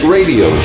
Radio